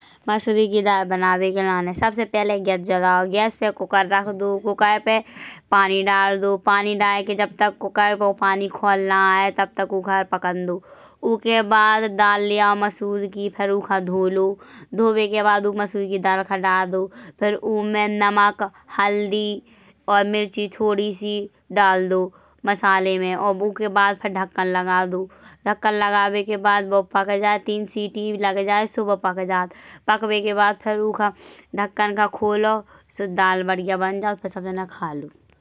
मसूरी की दार बनावे के लाने सबसे पहिले गैस जलाओ। गैस पे कुकर रख देओ कुकर पे पानी दार देओ। पानी दार के जब तक कुकर को पानी खौलना आए तब तक ओकर पकन देओ। ओके बाद दाल ले आओ मसूर की फिर ओकर धो लो। धोबे के बाद ओ मसूर की दार का डाल दो। फिर ओमे नमक हल्दी और मिर्ची थोड़ी सी डाल दो। मसाले में और ओकर बाद ढक्कन लगा दो। ढक्कन लगाबे के बाद वो पक जाए तीन सीटी लग जाए सो बा पक जात। पकबे के बाद फिर ओकर ढक्कन का खोलो सो दार बढ़िया बन जात फिर सब जाने खा लो।